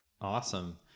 Awesome